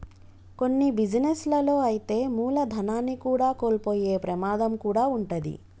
కొన్ని బిజినెస్ లలో అయితే మూలధనాన్ని కూడా కోల్పోయే ప్రమాదం కూడా వుంటది